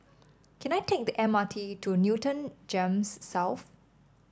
can I take the M R T to Newton Gems South